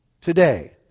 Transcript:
Today